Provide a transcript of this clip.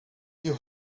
you